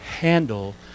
handle